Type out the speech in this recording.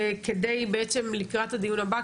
כדי בעצם לקראת הדיון הבא,